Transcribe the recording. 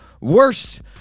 worst